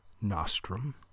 Nostrum